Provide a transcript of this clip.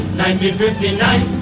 1959